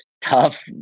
tough